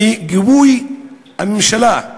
מגיבוי הממשלה,